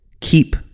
keep